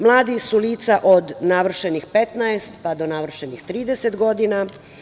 Mladi su lica od navršenih 15 pa do navršenih 30 godina.